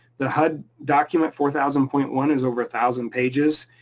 the hud document four thousand point one is over a thousand pages,